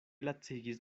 lacigis